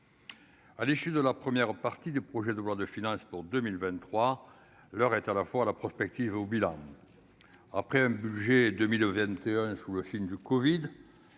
à l'issue de la première partie du projet de loi de finances pour 2023, l'heure est à la fois la prospective au bilan après un budget de Milové NT1 sous le signe du Covid